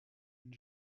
une